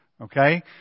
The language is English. okay